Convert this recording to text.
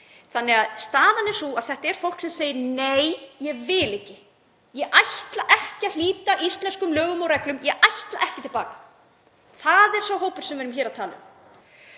að svo sé. Staðan er sú að þetta er fólk sem segir: Nei, ég vil ekki. Ég ætla ekki að hlíta íslenskum lögum og reglum. Ég ætla ekki til baka. Það er sá hópur sem við erum hér að tala um.